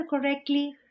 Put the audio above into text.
correctly